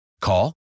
Call